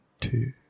two